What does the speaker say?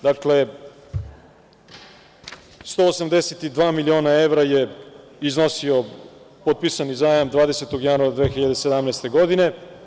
Dakle, 182 miliona evra je iznosio potpisani zajam 20. januara 2017. godine.